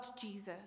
Jesus